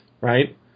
right